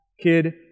kid